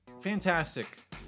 Fantastic